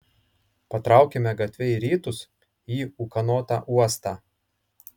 patraukėme gatve į rytus į ūkanotą uostą